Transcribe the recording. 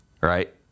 right